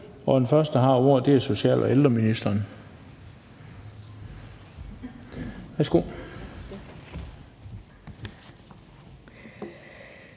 Den første, der har ordet, er sundheds- og ældreministeren. Værsgo.